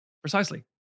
Precisely